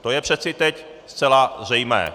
To je přece teď zcela zřejmé.